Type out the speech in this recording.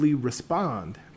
respond